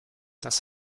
das